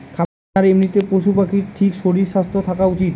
খামারে আর এমনিতে পশু পাখির ঠিক শরীর স্বাস্থ্য থাকা উচিত